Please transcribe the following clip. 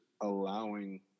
allowing